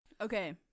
Okay